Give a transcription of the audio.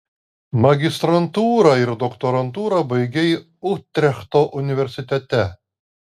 magistrantūrą ir doktorantūrą baigei utrechto universitete